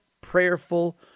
prayerful